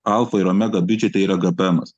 alfa ir omega biudžete yra gpemas